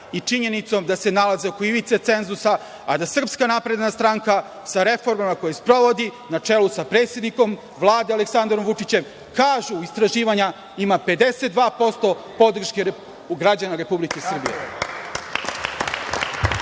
i činjenicom da se nalaze oko ivice cenzusa, a da SNS sa reformama koje sprovodi, na čelu sa predsednikom Vlade Aleksandrom Vučićem, kažu istraživanja, ima 52% podrške građana Republike Srbije. Ako